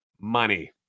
money